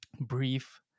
brief